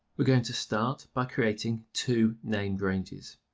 we going to start by creating two named ranges.